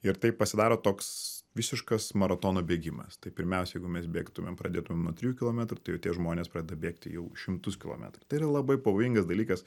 ir tai pasidaro toks visiškas maratono bėgimas tai pirmiausia jeigu mes bėgtumėm pradėtumėm nuo trijų kilometrų tai jau tie žmonės pradeda bėgti jau šimtus kilometrų tai yra labai pavojingas dalykas